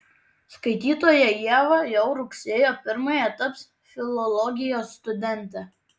skaitytoja ieva jau rugsėjo pirmąją taps filologijos studente